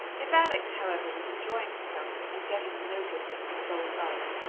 if alex, however, was enjoying herself, and getting the notice that her soul loved,